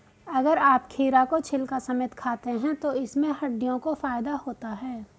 अगर आप खीरा को छिलका समेत खाते हैं तो इससे हड्डियों को फायदा होता है